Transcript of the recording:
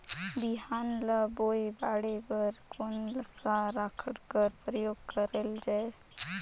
बिहान ल बोये बाढे बर कोन सा राखड कर प्रयोग करले जायेल?